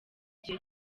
gihe